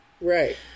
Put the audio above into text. Right